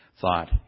thought